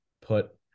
Put